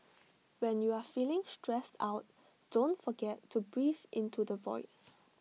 when you are feeling stressed out don't forget to breathe into the void